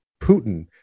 Putin